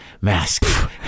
Mask